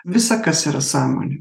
visa kas yra sąmonė